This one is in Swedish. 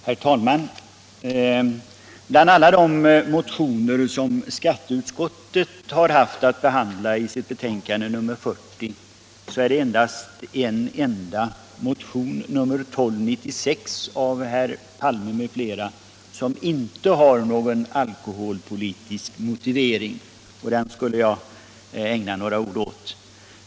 Herr talman! Bland alla de motioner som skatteutskottet har behandlat i sitt betänkande nr 40 finns det en enda, nr 1296 av herr Palme m.fl., som inte har någon alkoholpolitisk motivering. Det är den motionen jag tänkte ägna några ord åt.